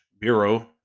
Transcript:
bureau